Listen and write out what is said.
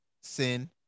Sin